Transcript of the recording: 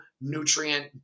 nutrient